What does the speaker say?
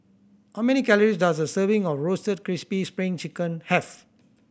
how many calories does a serving of Roasted Crispy Spring Chicken have